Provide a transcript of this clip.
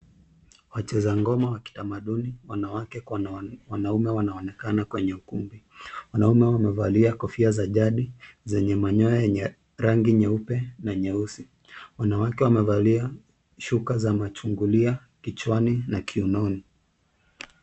Wacheza ngoma wa kitamaduni, wanawake kwa wanaume wanaonekana kwenye ukumbi. Wanaume wamevalia kofia za jadi zenye manyoya yenye rangi nyeupe na nyeusi. Wanawake wamevalia shuka za machungulia kichwani na kiunoni.